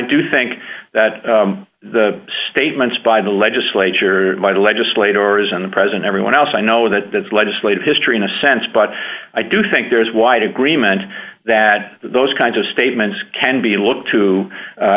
do think that the statements by the legislature by the legislate or is in the present everyone else i know that that's legislative history in a sense but i do think there is wide agreement that those kinds of statements can be looked to